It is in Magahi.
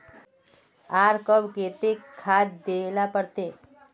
आर कब केते खाद दे ला पड़तऐ?